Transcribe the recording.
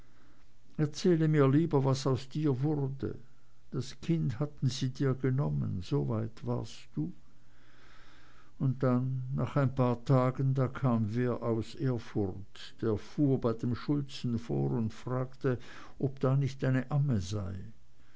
erzähle mir lieber was aus dir wurde das kind hatten sie dir genommen soweit warst du und dann nach ein paar tagen da kam wer aus erfurt der fuhr bei dem schulzen vor und fragte ob da nicht eine amme sei